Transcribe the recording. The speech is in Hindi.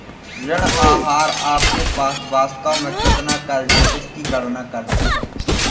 ऋण आहार आपके पास वास्तव में कितना क़र्ज़ है इसकी गणना करते है